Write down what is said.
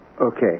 Okay